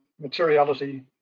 materiality